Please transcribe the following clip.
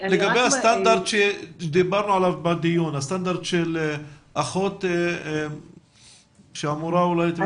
הסטנדרט ועל היחס שבין אחות לבין מספר תינוקות שבהם היא אמורה לטפל,